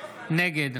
נגד